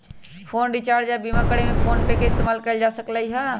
phone recharge या बीमा करे में फोनपे के इस्तेमाल कएल जा सकलई ह